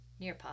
Nearpod